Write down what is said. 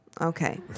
Okay